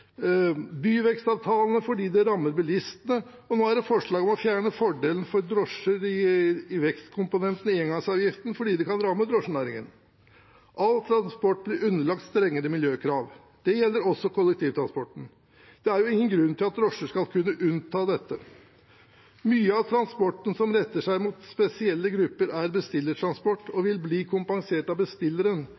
byvekstavtalene, fordi det rammer bilistene, og nå er det forslag om å fjerne fordelen for drosjer i vektkomponenten i engangsavgiften, fordi det kan ramme drosjenæringen. All transport blir underlagt strengere miljøkrav, det gjelder også kollektivtransporten. Det er jo ingen grunn til at drosjer skulle være unntatt dette. Mye av transporten som retter seg mot spesielle grupper, er bestillertransport og vil bli kompensert av bestilleren